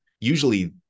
Usually